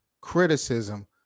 criticism